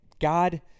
God—